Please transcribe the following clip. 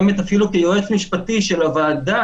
אפילו כיועץ משפטי של הוועדה,